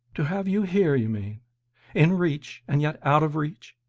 to have you here, you mean in reach and yet out of reach?